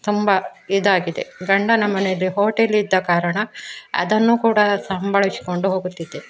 ತುಂಬ ಇದಾಗಿದೆ ಗಂಡನ ಮನೇಲಿ ಹೋಟೆಲಿದ್ದ ಕಾರಣ ಅದನ್ನು ಕೂಡ ಸಂಭಾಳಿಸಿಕೊಂಡು ಹೋಗುತ್ತಿದ್ದೆ